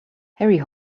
harry